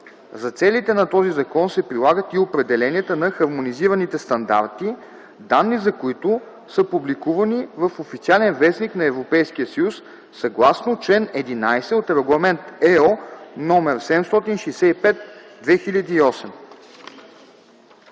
За целите на този закон се прилагат и определенията на хармонизираните стандарти, данни за които са публикувани в „Официален вестник” на Европейския съюз, съгласно чл. 11 от Регламент (ЕО) № 765/2008”.”